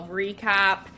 recap